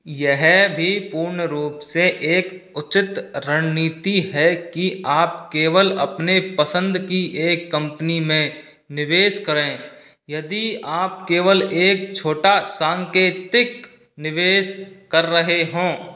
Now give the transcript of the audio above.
यह भी पूर्ण रूप से एक उचित रणनीति है कि आप केवल अपने पसंद की एक कम्पनी में निवेश करें यदि आप केवल एक छोटा सांकेतिक निवेश कर रहे हों